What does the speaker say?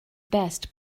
best